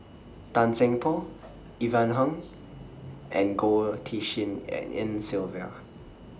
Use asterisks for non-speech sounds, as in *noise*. Tan Seng Poh Ivan Heng and Goh Tshin *unintelligible* En Sylvia